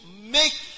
make